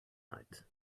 night